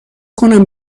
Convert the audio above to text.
کنم